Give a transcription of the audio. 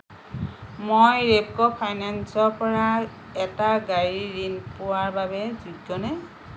মই ৰেপ্ক' ফাইনেন্সৰ পৰা এটা গাড়ীৰ ঋণ পোৱাৰ বাবে যোগ্যনে